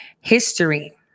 history